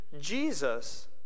Jesus